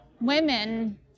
women